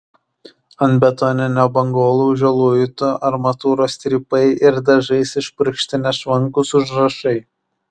ant betoninio bangolaužio luitų armatūros strypai ir dažais išpurkšti nešvankūs užrašai